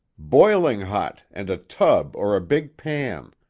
boiling hot, and a tub or a big pan.